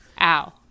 ow